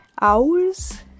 hours